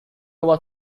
was